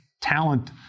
talent